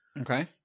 Okay